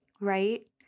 Right